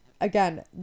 again